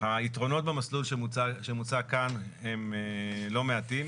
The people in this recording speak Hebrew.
היתרונות במסלול שמוצע כאן הם לא מעטים